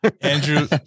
andrew